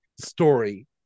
story